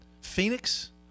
Phoenix